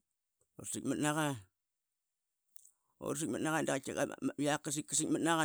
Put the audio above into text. Yak qa satmat naqa